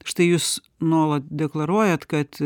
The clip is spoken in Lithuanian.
štai jūs nuolat deklaruojat kad